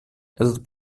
этот